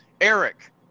Eric